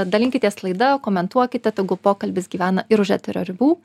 dalinkitės laida komentuokite tegul pokalbis gyvena ir už eterio ribų